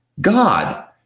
God